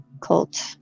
cult